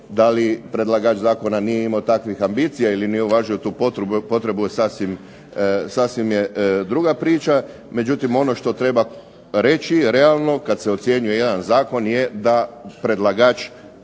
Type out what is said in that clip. da li predlagač zakona nije imao takvih ambicija ili nije uvažio tu potrebu, je sasvim, sasvim je druga priča, međutim ono što treba reći je realno, kad se ocjenjuje jedan zakon je da predlagač